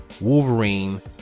Wolverine